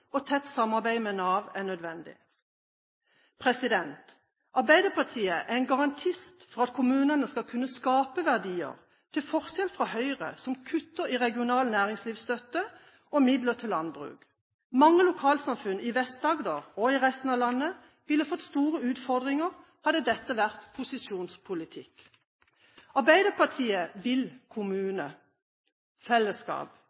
og tett samarbeid med Nav er nødvendig. Arbeiderpartiet er en garantist for at kommunene skal kunne skape verdier, til forskjell fra Høyre som kutter i regional næringslivsstøtte og midler til landbruk. Mange lokalsamfunn i Vest-Agder og i resten av landet ville ha fått store utfordringer hadde dette vært posisjonens politikk. Arbeiderpartiet vil kommune, fellesskap,